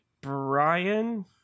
Brian